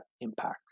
impact